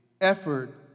effort